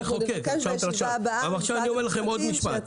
אנחנו נבקש לישיבה הבאה ממשרד המשפטים להציג מצגת.